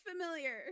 familiar